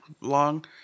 long